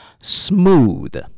Smooth